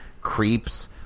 creeps